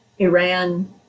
Iran